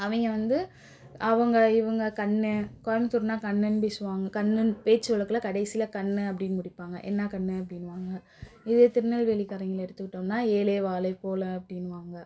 அவங்க வந்து அவங்க இவங்க கண்ணு கோயம்புத்தூர்னால் கண்ணுண்ணு பேசுவாங்க கண்ணுண்ணு பேச்சு வழக்குல கடைசியில் கண்ணு அப்படின்னு முடிப்பாங்க என்ன கண்ணு அப்படின்வாங்க இதே திருநெல்வேலிகாரங்களை எடுத்துக்கிட்டோம்னால் ஏலே வாலே போல அப்படின்வாங்க